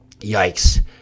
Yikes